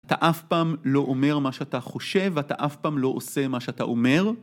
אתה אף פעם לא אומר מה שאתה חושב, ואתה אף פעם לא עושה מה שאתה אומר.